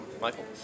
Michael